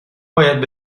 باید